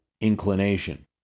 inclination